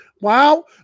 wow